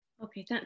Okay